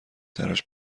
تراش